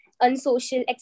unsocial